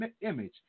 image